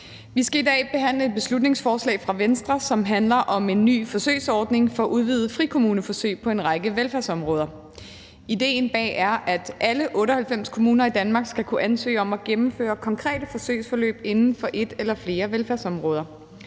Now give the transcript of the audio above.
Vi skal i dag behandle et beslutningsforslag fra Venstre, som handler om en ny forsøgsordning for udvidede frikommuneforsøg på en række velfærdsområder. Idéen bag forslaget er, at alle 98 kommuner i Danmark skal kunne ansøge om at gennemføre konkrete forsøgsforløb inden for et eller flere velfærdsområder.